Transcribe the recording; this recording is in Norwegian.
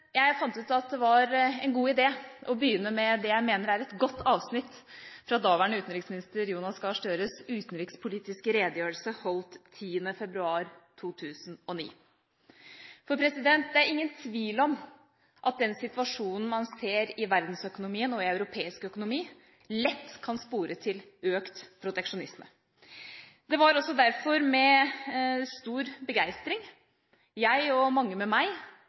Jeg fant ut at det var en god idé å begynne med det jeg mener er et godt avsnitt fra daværende utenriksminister Jonas Gahr Støres utenrikspolitiske redegjørelse holdt 10. februar 2009. For det er ingen tvil om at den situasjonen man ser i verdensøkonomien og i europeisk økonomi, lett kan spore til økt proteksjonisme. Det var derfor med stor begeistring jeg, og mange med meg,